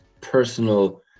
personal